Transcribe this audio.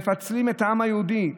מפצלים את העם היהודי.